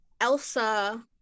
Elsa